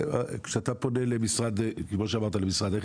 כשאתה פונה כמו שאמרת למשרד,